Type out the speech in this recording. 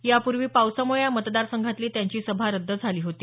यापूर्वी पावसामुळे या मतदारसंघातली त्यांची सभा रद्द झाली होती